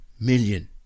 million